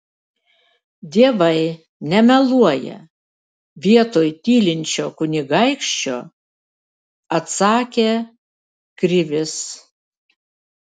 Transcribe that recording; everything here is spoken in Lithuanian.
dievai nemeluoja vietoj tylinčio kunigaikščio atsakė krivis